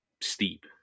steep